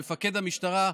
מפקד המשטרה,